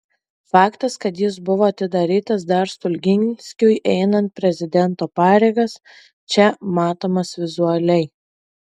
faktas kad jis buvo atidarytas dar stulginskiui einant prezidento pareigas čia matomas vizualiai